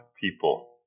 people